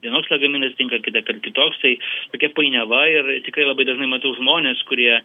vienoks lagaminas tinka kitąkart kitoks tai tokia painiava ir tikrai labai dažnai matau žmones kurie